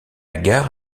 gare